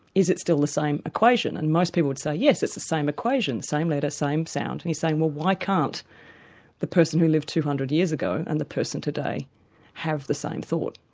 is it still the same equation? and most people would say yes, it's the same equation, same letter, same sound. he's saying well why can't the person who lived two hundred years ago and the person today have the same thought,